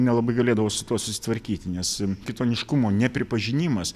nelabai galėdavau su tuo susitvarkyti nes kitoniškumo nepripažinimas